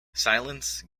silence